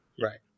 Right